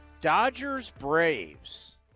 Dodgers-Braves